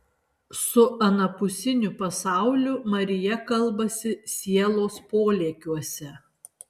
su anapusiniu pasauliu marija kalbasi sielos polėkiuose